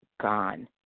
gone